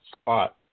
spot